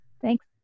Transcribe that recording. Thanks